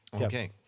Okay